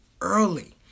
early